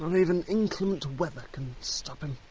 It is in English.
and even inclement weather can stop him.